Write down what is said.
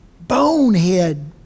bonehead